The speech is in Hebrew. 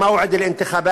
הקדמת מועד הבחירות